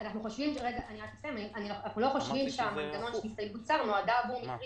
אנחנו לא חושבים שהמנגנון של הסתייגות שר נועדה עבור מקרים